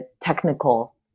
technical